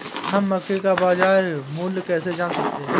हम मक्के का बाजार मूल्य कैसे जान सकते हैं?